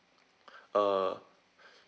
uh